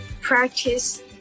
practice